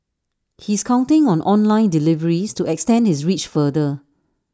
he is counting on online deliveries to extend his reach farther